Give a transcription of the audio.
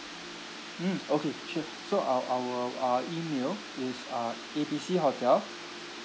mm okay sure so uh our uh email it's uh A B C hotel